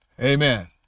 Amen